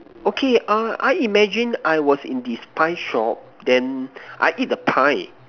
okay uh I imagine I was in this pie shop then I eat the pie